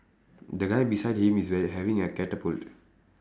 the guy beside him is wea~ having a catapult